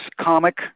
comic